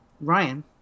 ryan